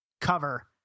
cover